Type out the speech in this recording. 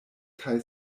kaj